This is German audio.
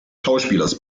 schauspielers